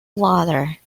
water